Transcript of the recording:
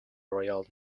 royal